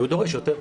כי הוא דורש יותר.